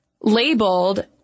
labeled